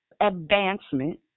advancement